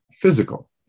physical